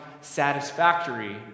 satisfactory